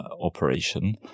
operation